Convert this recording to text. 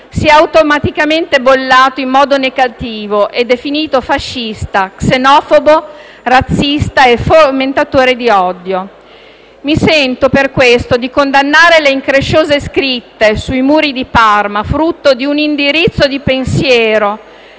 sia automaticamente bollato in modo negativo e definito fascista, xenofobo, razzista e fomentatore di odio. Mi sento per questo di condannare le incresciose scritte sui muri di Parma, frutto di un indirizzo di pensiero